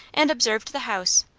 and observed the house,